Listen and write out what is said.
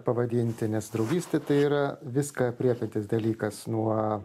pavadinti nes draugystė tai yra viską aprėpiantis dalykas nuo